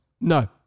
no